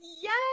yes